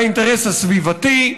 באינטרס הסביבתי,